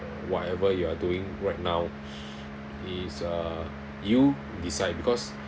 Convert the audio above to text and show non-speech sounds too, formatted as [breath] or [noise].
whatever you are doing right now [breath] is uh you decide because